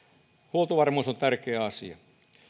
huoltovarmuus on tärkeä asia